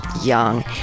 young